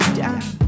down